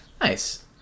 nice